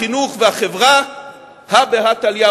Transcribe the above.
החינוך והחברה הא בהא תליא,